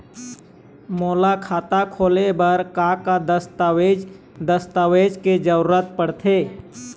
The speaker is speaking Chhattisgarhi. मोला खाता खोले बर का का दस्तावेज दस्तावेज के जरूरत पढ़ते?